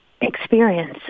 experience